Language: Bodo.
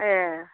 ए